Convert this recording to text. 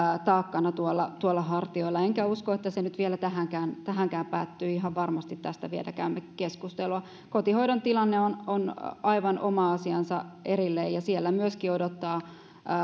taakkana tuolla tuolla hartioilla enkä usko että se nyt vielä tähänkään tähänkään päättyy ihan varmasti tästä vielä käymme keskustelua kotihoidon tilanne on on aivan oma asiansa erilleen siellä myöskin odottaa